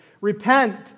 Repent